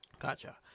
Gotcha